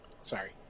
Sorry